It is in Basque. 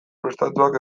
prestatuak